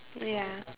ya